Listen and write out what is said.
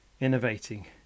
innovating